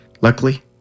Luckily